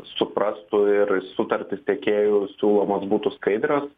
suprastų ir sutartis tiekėjų siūlomos būtų skaidrios